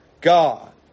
God